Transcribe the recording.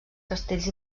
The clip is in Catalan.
castells